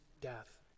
death